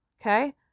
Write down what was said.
Okay